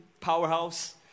powerhouse